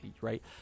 right